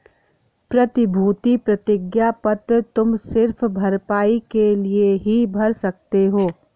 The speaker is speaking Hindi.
प्रतिभूति प्रतिज्ञा पत्र तुम सिर्फ भरपाई के लिए ही भर सकते हो